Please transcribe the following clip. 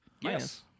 Yes